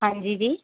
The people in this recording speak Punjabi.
ਹਾਂਜੀ ਜੀ